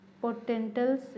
Potentials